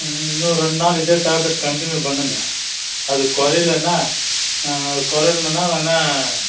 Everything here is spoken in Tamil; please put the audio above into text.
இன்னும் ஒரு ரெண்டு நாள் இதே டேப்லெட் கன்டினியூ பண்ணுங்க அது குறையிலனா அது குறையிலனா வேணால்